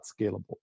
scalable